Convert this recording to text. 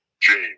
James